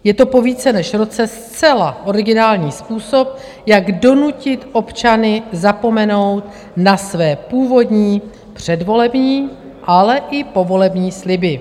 Je to po více než roce zcela originální způsob, jak donutit občany zapomenout na své původní předvolební, ale i povolební sliby.